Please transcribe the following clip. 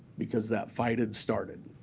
because that fight had started.